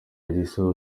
elisa